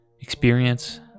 Experience